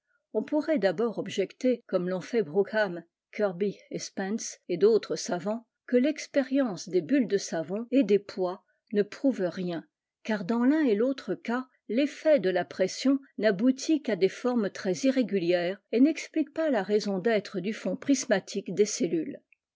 on pourrait d'abord objecter comme l'ont fait broughman kirby et spence et d'autres savants que texpérience des bulles de savon et des pois ne prouve rien car dans l'un et l'autre cas l'effet de la pression n'aboutit qu'à des formes très irrégulières et n'explique pas la raison d'être du fond prismatique des cellules